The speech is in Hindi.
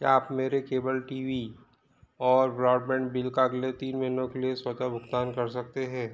क्या आप मेरे केबल टीवी और ब्रॉडबैंड बिल का अगले तीन महीनों के लिए स्वतः भुगतान कर सकते हैं